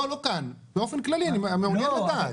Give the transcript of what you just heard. לא, לא כאן, באופן כללי, אני מעוניין לדעת.